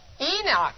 Enoch